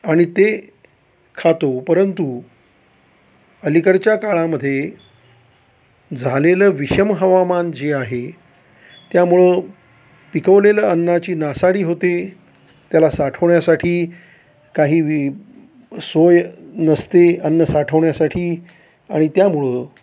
आणि ते खातो परंतु अलीकडच्या काळामध्ये झालेलं विषम हवामान जे आहे त्यामुळं पिकवलेलं अन्नाची नासाडी होते त्याला साठवण्यासाठी काही वे सोय नसते अन्न साठवण्यासाठी आणि त्यामुळं